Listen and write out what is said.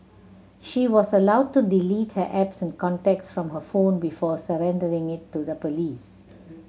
she was allowed to delete her apps and contacts from her phone before surrendering it to the police